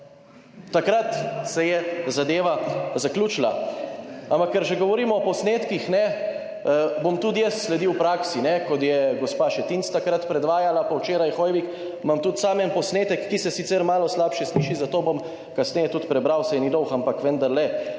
takrat se je zadeva zaključila. Ampak ker že govorimo o posnetkih, ne bom tudi jaz sledil v praksi, ne kot je gospa Šetinc takrat predvajala pa včeraj Hoivik, imam tudi sam en posnetek, ki se sicer malo slabše sliši, zato bom kasneje tudi prebral, saj ni dolg, ampak vendarle